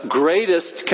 greatest